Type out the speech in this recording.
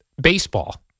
baseball